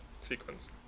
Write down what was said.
sequence